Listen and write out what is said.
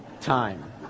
time